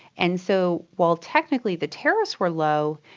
and so while technically the tariffs were low,